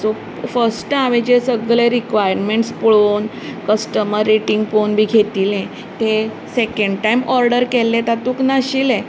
so first हांवें जें सगलें रिक्वायमेन्ट्स पळोवन कस्टमर रेटिंग पळोवन बी घेतिल्लें तें सेकेंड टायम ऑर्डर केल्लें तातूंत नाशिल्लें